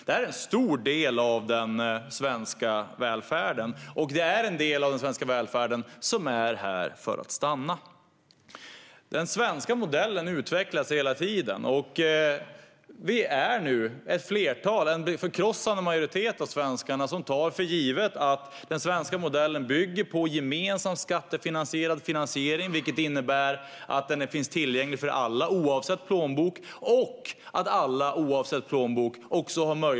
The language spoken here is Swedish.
Det är en stor del av den svenska välfärden, och det är en del av denna välfärd som är här för att stanna. Den svenska modellen utvecklas hela tiden. Vi är nu en förkrossande majoritet av svenskarna som tar för givet att den svenska modellen bygger på gemensam skattebaserad finansiering, vilket innebär att den finns tillgänglig för alla och att alla har möjlighet att välja, oavsett plånbok.